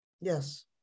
Yes